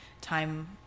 time